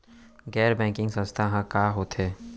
गैर बैंकिंग संस्था ह का होथे?